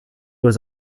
was